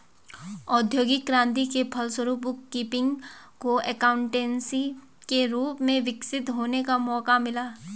औद्योगिक क्रांति के फलस्वरूप बुक कीपिंग को एकाउंटेंसी के रूप में विकसित होने का मौका मिला